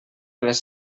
les